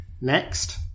Next